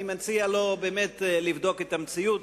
אני מציע לו לבדוק את המציאות.